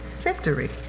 victory